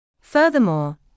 Furthermore